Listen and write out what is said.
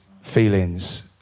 feelings